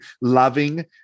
loving